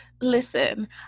listen